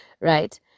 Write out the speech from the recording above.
right